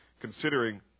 considering